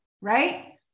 right